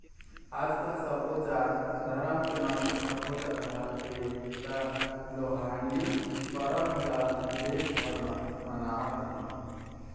आजकाल सबो जात धरम के मनखे सबो जघा हे त लोहड़ी परब ल देश भर म मनावत हे